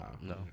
No